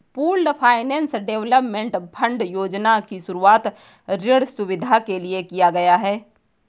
pooled finance development fund योजना की शुरूआत ऋण सुविधा के लिए किया गया है